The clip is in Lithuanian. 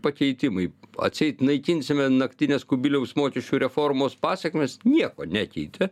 pakeitimai atseit naikinsime naktines kubiliaus mokesčių reformos pasekmes nieko nekeitė